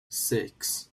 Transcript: six